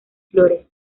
flores